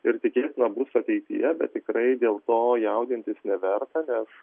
ir tikėtina bus ateityje bet tikrai dėl to jaudintis neverta nes